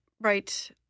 right